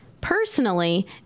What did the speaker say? Personally